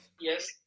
Yes